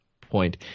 point